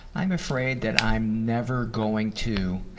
i'm afraid that i'm never going to,